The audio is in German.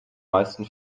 meisten